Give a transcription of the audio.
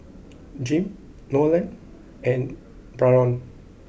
Jim Nolen and Byron